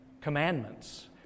commandments